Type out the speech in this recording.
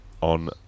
on